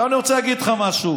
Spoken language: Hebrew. עכשיו אני רוצה להגיד לך משהו,